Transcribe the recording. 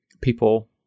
people